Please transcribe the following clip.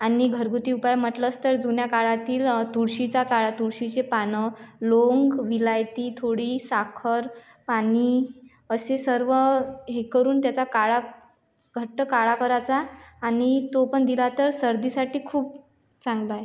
आणि घरगुती उपाय म्हटलंच तर जुन्या काळातील तुळशीचा काडा तुळशीचे पानं लवंग इलायची थोडी साखर पाणी असे सर्व हे करून त्याचा काडा घट्ट काडा करायचा आणि तो पण दिला तर सर्दीसाठी खूप चांगला आहे